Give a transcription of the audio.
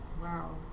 Wow